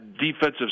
defensive